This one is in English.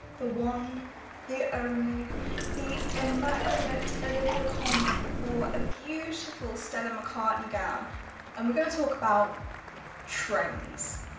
the one the only the immaculate olivia coleman wore a beautiful stella mccartney gown and we're going to talk about trains.